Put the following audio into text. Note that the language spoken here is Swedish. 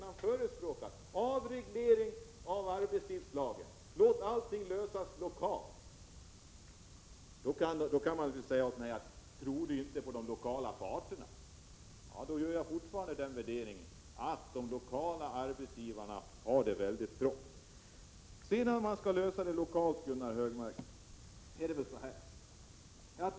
Sigge Godin vill ha avreglering av arbetstiderna och låta allting lösas lokalt. Han kan naturligtvis ställa frågan om jag inte tror på de lokala parterna, men jag vill då fortfarande göra den värderingen att de lokala arbetsgivarna har det väldigt trångt. Om man skall lösa detta lokalt, är det väl så här, Anders G Högmark.